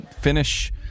finish